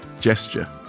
gesture